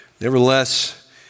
Nevertheless